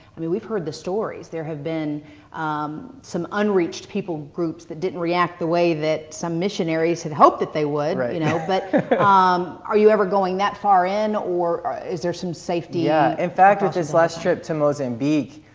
i mean, we've heard the stories. there have been some unreached people groups that didn't react the way that some missionaries had hoped that they would, you know. but um are you ever going that far in, or or is there some safety, yeah, ah in fact, with this last trip to mozambique,